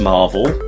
Marvel